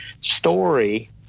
story